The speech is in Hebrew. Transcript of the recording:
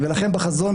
ולכן בחזון,